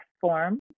form